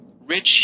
Rich